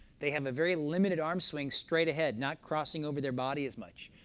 they have a very limited arm swing straight ahead, not crossing over their body as much.